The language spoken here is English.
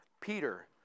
Peter